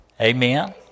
Amen